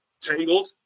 Tangled